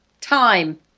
Time